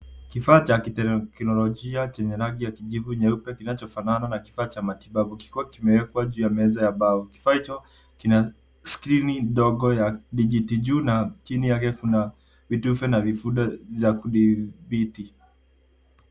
Kifaa cha kiteknolojia chenye rangi ya kijivu nyeupe kinachofanana na kifaa cha matibabu kikiwa kimewekwa juu ya meza ya mbao. Kifaa hicho kina skrini ndogo ya dijiti juu na chini yake kuna vitufe na vifundo za kudhibiti.